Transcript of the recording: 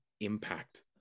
impact